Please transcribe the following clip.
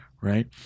Right